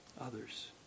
others